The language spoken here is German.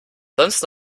sonst